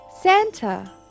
Santa